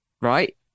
right